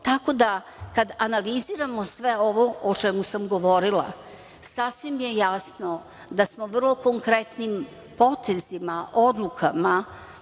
30%.Tako da, kada analiziramo sve ovo o čemu sam govorila, sasvim je jasno da smo vrlo konkretnim potezima, odlukama